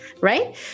right